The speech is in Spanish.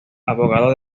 abogado